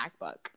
MacBook